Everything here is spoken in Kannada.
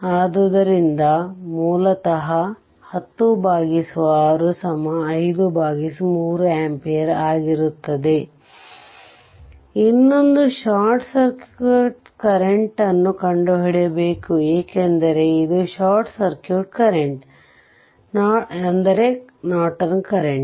ಆದ್ದರಿಂದ ಮೂಲತಃ ಇದು 10 6 53 ಆಂಪಿಯರ್ ಆಗಿರುತ್ತದೆ ಇನ್ನೊಂದು ಶಾರ್ಟ್ ಸರ್ಕ್ಯೂಟ್ ಕರೆಂಟ್ ನ್ನು ಕಂಡುಹಿಡಿಯಬೇಕು ಏಕೆಂದರೆ ಇದು short circuit current Norton current